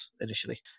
initially